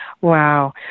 Wow